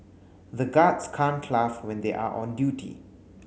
the guards can't laugh when they are on duty